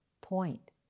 point